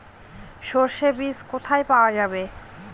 সর্ষে বিজ কোথায় পাওয়া যাবে?